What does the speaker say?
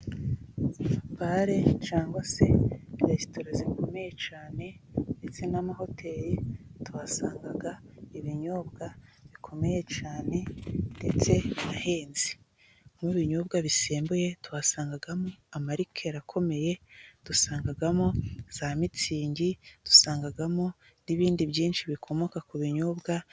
Bare cyangwa se resitora zikomeye cyane ndetse n'amahoteli tuhasanga ibinyobwa bikomeye cyane ndetse binahenze. Nko mu binyobwa bisembuye tuhasangamo amarike akomeye, dusangamo za mitsingi, dusangamo n'ibindi byinshi bikomoka ku binyobwa.